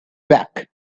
back